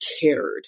cared